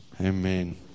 Amen